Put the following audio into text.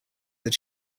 that